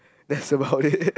that's about it